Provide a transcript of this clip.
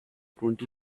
twenty